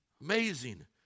Amazing